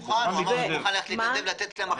אני מוכן להתנדב לזה.